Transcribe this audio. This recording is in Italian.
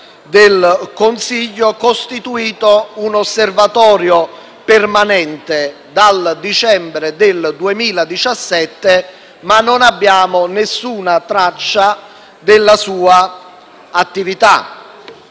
del Consiglio un Osservatorio permanente dal dicembre del 2017, ma non abbiamo traccia alcuna della sua attività.